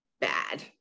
bad